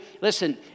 Listen